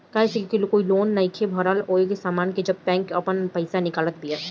काहे से कि लोन नाइ भरला पअ उ सामान के जब्त करके बैंक आपन पईसा निकालत बिया